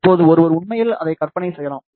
இப்போது ஒருவர் உண்மையில் அதை கற்பனை செய்யலாம்